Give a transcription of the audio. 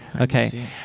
Okay